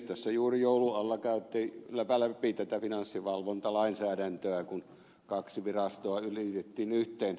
tässä juuri joulun alla käytiin läpi tätä finanssivalvontalainsäädäntöä kun kaksi virastoa liitettiin yhteen